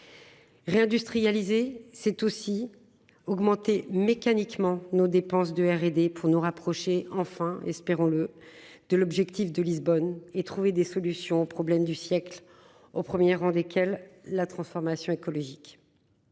Réindustrialiser c'est aussi augmenter mécaniquement nos dépenses de R&D pour nous rapprocher enfin espérons-le de l'objectif de Lisbonne et trouver des solutions au problème du siècle, au 1er rang desquels la transformation écologique.